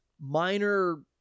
minor